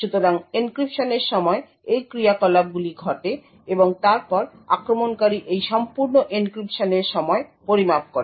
সুতরাং এনক্রিপশনের সময় এই ক্রিয়াকলাপগুলি ঘটে এবং তারপর আক্রমণকারী এই সম্পূর্ণ এনক্রিপশনের সময় পরিমাপ করে